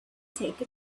take